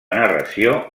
narració